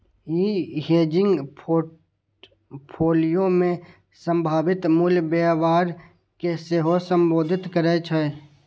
ई hedging portfolio मे संभावित मूल्य व्यवहार कें सेहो संबोधित करै छै